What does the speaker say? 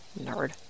nerd